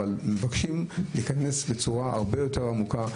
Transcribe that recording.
אבל אנחנו מצפים מהם ומבקשים להיכנס בצורה הרבה יותר עמוקה,